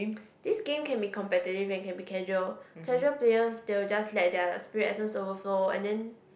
this game can be competitive and can be casual casual players they will just let the spirit essence overflow and then